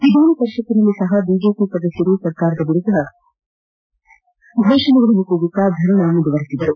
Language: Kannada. ವಿಧಾನಪರಿಷತ್ನಲ್ಲಿ ಸಹ ಬಿಜೆಪಿ ಸದಸ್ಯರು ಸರ್ಕಾರದ ವಿರುದ್ದ ಘೋಷಣೆಗಳನ್ನು ಕೂಗುತ್ತಾ ಧರಣಾ ಮುಂದುವರಿಸಿದರು